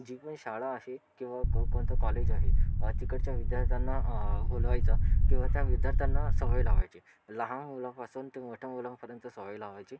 जी पण शाळा अशी किंवा कोणतं कॉलेज आहे तिकडच्या विद्यार्थ्यांना बोलवायचं किंवा त्या विद्यार्थ्यांना सवय लावायची लहान मुलांपासून ते मोठ्या मुलांपर्यंत सवय लावायची